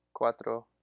Cuatro